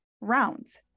rounds